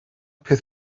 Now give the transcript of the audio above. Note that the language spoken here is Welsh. peth